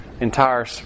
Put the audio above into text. entire